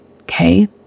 Okay